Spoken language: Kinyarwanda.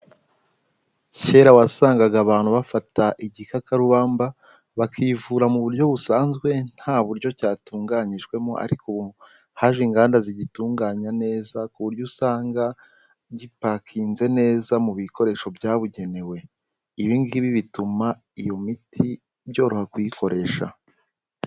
Kera wasangaga abantu bafata igikakarubamba bakivura mu buryo busanzwe nta buryo cyatunganyijwemo ariko ubu haje inganda zigitunganya neza, ku buryo usanga gipakinze neza mu bikoresho byabugenewe, ibi ngibi bituma iyo miti byoroha kuyikoresha.